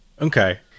Okay